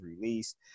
released